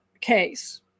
case